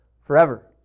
forever